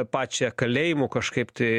pačią kalėjimų kažkaip tai